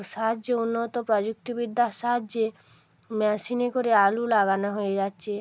সাহায্য উন্নত প্রযুক্তিবিদ্যার সাহায্যে মেশিনে করে আলু লাগানা হয়ে যাচ্ছে